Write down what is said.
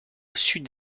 sud